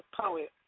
poet